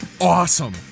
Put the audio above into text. Awesome